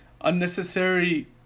unnecessary